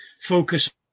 focus